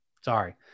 Sorry